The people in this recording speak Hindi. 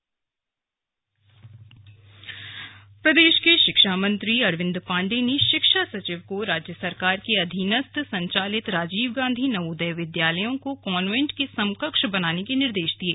स्लग अरविंद पांडेय प्रदेश के शिक्षा मंत्री अरविंद पांडेय ने शिक्षा सचिव को राज्य सरकार के अधीनस्थ संचालित राजीव गांधी नवोदय विद्यालयों को कॉन्वेंट के समकक्ष बनाने के निर्देश दिये